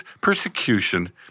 Persecution